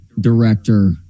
director